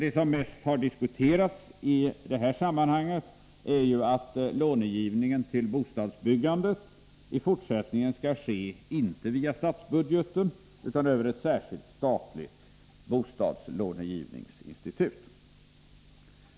Det som mest har diskuterats i det sammanhanget är att långivningen till bostadsbyggandet i fortsättningen skall ske inte via statsbudgeten utan över ett särskilt statligt bostadslånegivningsinstitut.